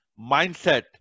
mindset